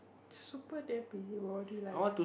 super damn busy body lah you